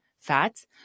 fats